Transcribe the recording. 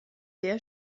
der